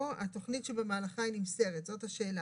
או התכנית שבמהלכה היא נמסרת" זאת השאלה,